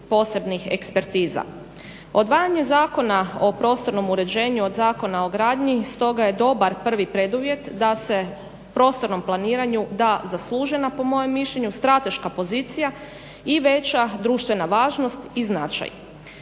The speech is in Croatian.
posebnih ekspertiza. Odvajanje Zakona o prostornom uređenju od Zakona o gradnji stoga je dobar prvi preduvjet da se prostornom planiranju da zaslužena po mojem mišljenju strateška pozicija i veća društvena važnost i značaj.